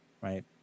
Right